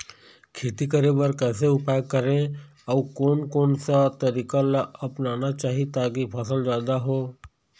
खेती करें बर कैसे उपाय करें अउ कोन कौन सा तरीका ला अपनाना चाही ताकि फसल जादा हो?